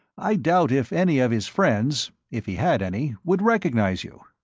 i doubt if any of his friends if he had any would recognize you.